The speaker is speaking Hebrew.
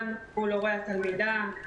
גם מול הורי התלמידה.